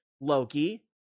Loki